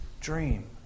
dream